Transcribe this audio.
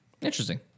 Interesting